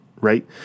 Right